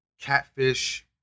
catfish